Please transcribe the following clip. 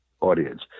audience